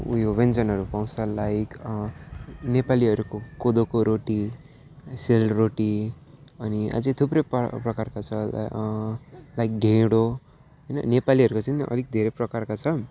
उयो व्यञ्जनहरू पाउँछ लाइक नेपालीहरूको कोदोको रोटी सेलरोटी अनि अझै थुप्रै पर प्रकारका छ लाइक ढेँडो होइन नेपालीहरूको चाहिँ अनि अलिक धेरै प्रकारका छ